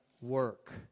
work